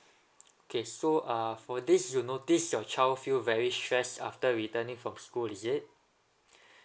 okay so uh for this you notice your child feel very stress after returning from school is it